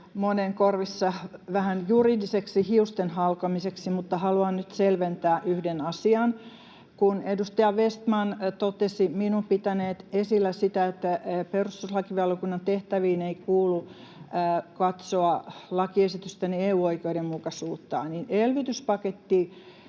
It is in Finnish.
monen korvissa vähän juridiseksi hiustenhalkomiseksi, mutta haluan nyt selventää yhden asian: Kun edustaja Vestman totesi minun pitäneen esillä sitä, että perustuslakivaliokunnan tehtäviin ei kuulu katsoa lakiesitysten EU-oikeudenmukaisuutta, niin elvytyspakettikeskusteluissa